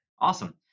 Awesome